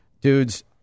dudes—